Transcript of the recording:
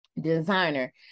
designer